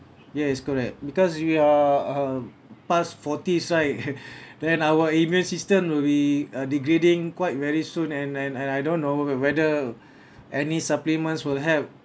yes correct because we are um past forty side then our immune system will be uh degrading quite very soon and and and I don't know w~ whether any supplements will help